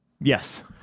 Yes